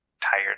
tired